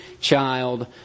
child